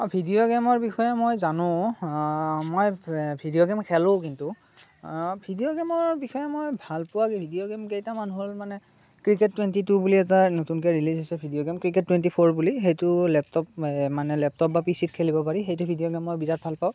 অঁ ভিডিঅ' গেমৰ বিষয়ে মই জানোঁ মই ভিডিঅ' গেম খেলোঁ কিন্তু ভিডিঅ' গেমৰ বিষয়ে মই ভালপোৱা ভিডিঅ' গেম কেইটামান হ'ল মানে ক্ৰিকেট টুৱেণ্টি টু বুলি এটা নতুনকৈ ৰিলিজ হৈছে video game cricket twenty four বুলি সেইটো লেপটপ মানে পিচিত খেলিব পাৰি সেইটো ভিডিঅ' গেম মই বিৰাট ভাল পাওঁ